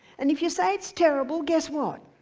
and if you say it's terrible, guess what?